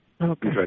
Okay